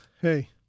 hey